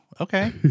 Okay